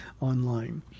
online